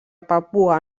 papua